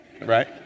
right